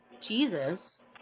Jesus